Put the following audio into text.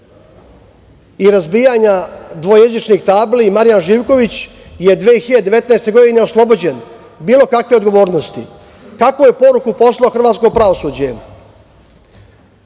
i razbijanja dvojezičnih tabli, Marijan Živković, je 2019. godine oslobođen bilo kakve odgovornosti. Kakvu je poruku poslalo hrvatsko pravosuđe?